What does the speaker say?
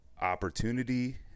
opportunity